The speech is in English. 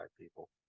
people